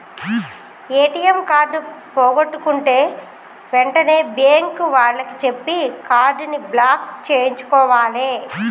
ATM card పోగొట్టుకుంటే వెంటనే bank వాళ్లకి చెప్పి కార్డుని బ్లాక్ చేయించుకోవాలే